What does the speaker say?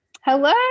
Hello